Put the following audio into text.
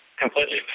completely